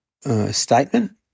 statement